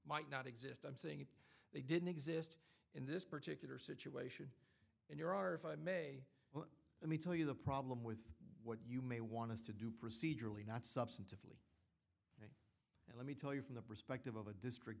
might not exist i'm saying they didn't exist in this particular situation in your are if i may well let me tell you the problem with what you may want us to do procedurally not substantively and let me tell you from the perspective of a district